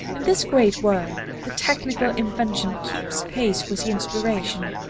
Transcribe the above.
in this great work the technical invention keeps pace with the inspiration.